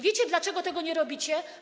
Wiecie, dlaczego tego nie robicie?